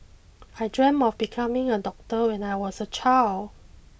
I dreamt of becoming a doctor when I was a child